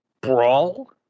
Brawl